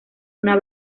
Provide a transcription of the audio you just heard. una